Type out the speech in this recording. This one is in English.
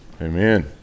Amen